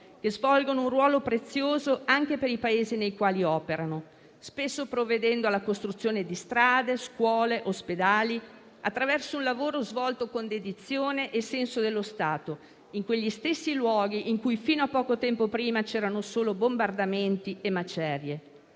che svolgono un ruolo prezioso anche per i Paesi nei quali operano, spesso provvedendo alla costruzione di strade, scuole, ospedali, attraverso un lavoro svolto con dedizione e senso dello Stato, in quegli stessi luoghi in cui fino a poco tempo prima c'erano solo bombardamenti e macerie.